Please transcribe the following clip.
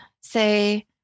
Say